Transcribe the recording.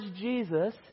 Jesus